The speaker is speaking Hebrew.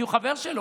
כי הוא חבר שלו,